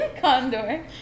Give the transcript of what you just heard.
condor